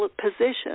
position